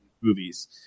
movies